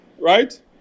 right